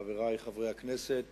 חברי חברי הכנסת,